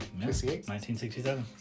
1967